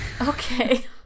okay